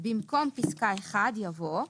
- במקום פסקה (1) יבוא: